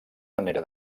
manera